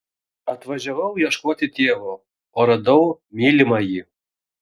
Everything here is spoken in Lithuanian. atvažiavau ieškoti tėvo o radau mylimąjį